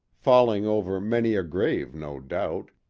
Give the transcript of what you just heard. falling over many a grave, no doubt,